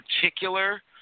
particular